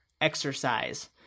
exercise